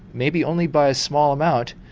maybe only by a small amount,